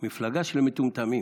"מפלגה של מטומטמים".